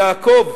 יעקב,